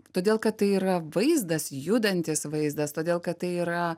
todėl kad tai yra vaizdas judantis vaizdas todėl kad tai yra